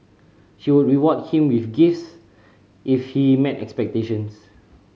she would reward him with gifts if he met expectations